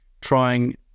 trying